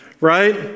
right